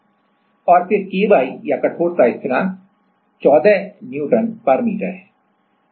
और फिर Ky या कठोरता स्थिरांक 14 Nm है